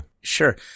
Sure